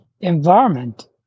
environment